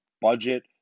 budget